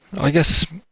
i guess,